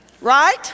Right